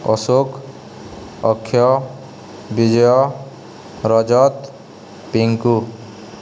Ashok Akshay Vijay Rajat Pinku